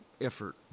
effort